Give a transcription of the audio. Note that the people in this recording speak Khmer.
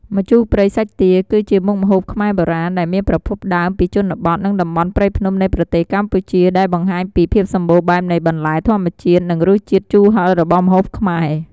ម្ជូរព្រៃសាច់ទា គឺជាមុខម្ហូបខ្មែរបុរាណ ដែលមានប្រភពដើមពីជនបទ និងតំបន់ព្រៃភ្នំនៃប្រទេសកម្ពុជា ដែលបង្ហាញពីភាពសម្បូរបែបនៃបន្លែធម្មជាតិ និងរសជាតិជូរហឹររបស់ម្ហូបខ្មែរ។